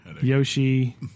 Yoshi